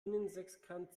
innensechskant